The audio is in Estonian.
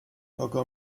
aga